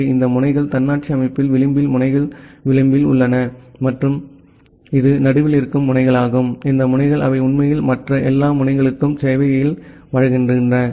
எனவே இந்த முனைகள் தன்னாட்சி அமைப்பில் விளிம்பில் முனைகள் விளிம்பில் உள்ளன மற்றும் இது நடுவில் இருக்கும் முனைகளாகும் இந்த முனைகள் அவை உண்மையில் மற்ற எல்லா முனைகளுக்கும் சேவையை வழங்குகின்றன